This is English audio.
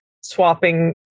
swapping